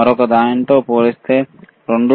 మరొకదానితో పోలిస్తే 2